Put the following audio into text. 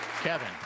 Kevin